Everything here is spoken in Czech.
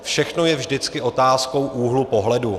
Všechno je vždycky otázkou úhlu pohledu.